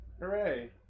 Hooray